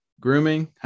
grooming